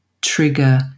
trigger